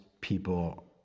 people